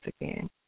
again